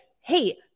hey